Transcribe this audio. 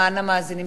למען המאזינים,